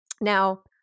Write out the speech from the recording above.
Now